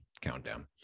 countdown